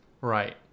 Right